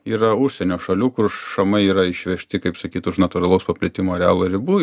yra užsienio šalių kur šamai yra išvežti kaip sakyt už natūralaus paplitimo arealo ribų